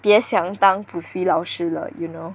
别想当补习老师了 you know